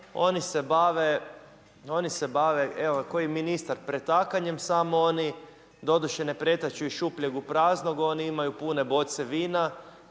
oni se bave, evo kao i ministar pretakanjem samo onih, doduše ne pretaču iz šupljeg u prazno, oni imaju pune boce vina,